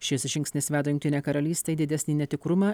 šis žingsnis veda jungtinę karalystę į didesnį netikrumą